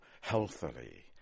healthily